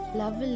love